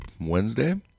wednesday